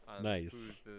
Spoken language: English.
Nice